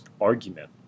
argument